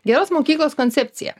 geros mokyklos koncepcija